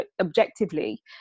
objectively